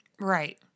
Right